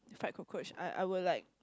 fried cockroach I I will like